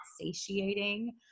satiating